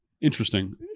Interesting